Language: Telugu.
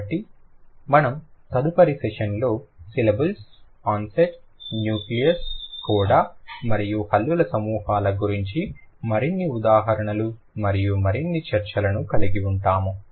కాబట్టి మనము తదుపరి సెషన్లో సిలబుల్స్ ఆన్సెట్ న్యూక్లియస్ కోడా మరియు హల్లుల సమూహాల గురించి మరిన్ని ఉదాహరణలు మరియు మరిన్ని చర్చలను కలిగి ఉంటాము